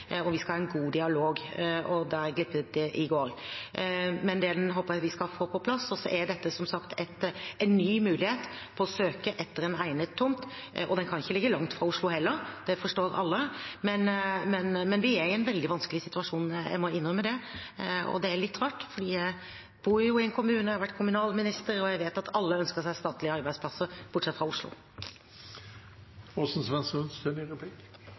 Vi skal ha en god dialog, og der glapp det i går, men den håper jeg vi skal få på plass. Dette er som sagt en ny mulighet til å søke etter en egnet tomt. Den kan ikke ligge langt fra Oslo heller, det forstår alle. Men vi er i en veldig vanskelig situasjon, jeg må innrømme det. Det er litt rart, for jeg bor jo i en kommune, jeg har vært kommunalminister, og jeg vet at alle ønsker seg statlige arbeidsplasser, bortsett fra Oslo.